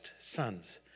sons